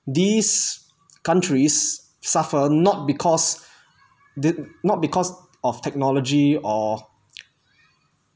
these countries suffer not because did not because of technology or